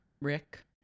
Rick